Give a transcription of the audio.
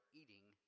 eating